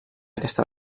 aquesta